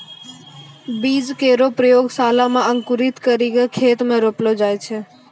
बीज केरो प्रयोगशाला म अंकुरित करि क खेत म रोपलो जाय छै